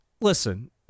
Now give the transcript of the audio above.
listen